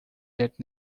that